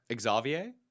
xavier